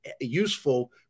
useful